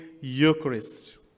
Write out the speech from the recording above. Eucharist